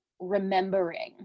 remembering